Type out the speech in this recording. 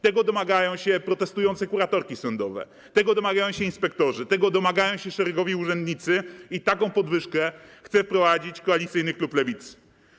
Tego domagają się protestujące kuratorki sądowe, tego domagają się inspektorzy, tego domagają się szeregowi urzędnicy i taką podwyżkę chce wprowadzić koalicyjny klub Lewicy.